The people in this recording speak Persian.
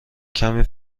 کمی